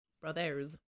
brothers